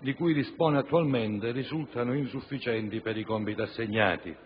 di cui dispone attualmente risultano insufficienti per i compiti assegnati.